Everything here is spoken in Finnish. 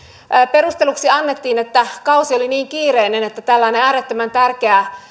perusteluksi annettiin että kausi oli niin kiireinen että tällaista äärettömän tärkeää